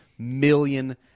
Million